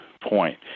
point